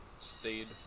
stayed